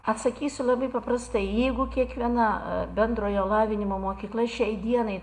atsakysiu labai paprastai jeigu kiekviena bendrojo lavinimo mokykla šiai dienai